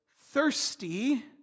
thirsty